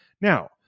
Now